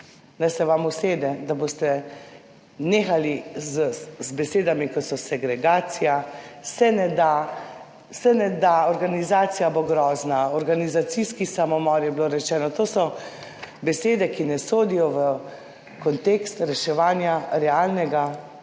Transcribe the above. naj se vam usede, da boste nehali z besedami, kot so segregacija, se ne da, se ne da, organizacija bo grozna, organizacijski samomor je bilo rečeno. To so besede, ki ne sodijo v kontekst reševanja realnega,